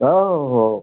हो